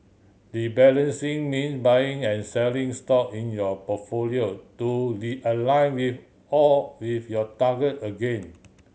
rebalancing means buying and selling stock in your portfolio to realign with all with your target again